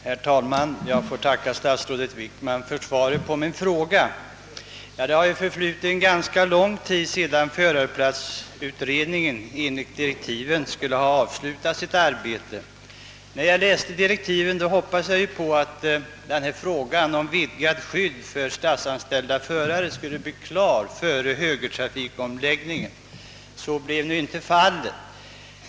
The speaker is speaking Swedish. Herr talman! Jag får tacka statsrådet Wickman för svaret på min fråga. Det har förflutit ganska lång tid sedan förarskyddsutredningen enligt direktiven skulle ha avslutat sitt arbete. När jag läste direktiven hoppades jag på att frågan om vidgat skydd för statsanställda förare skulle bli klar före högertrafikomläggningen. Så blev nu inte fallet.